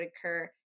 occur